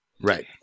Right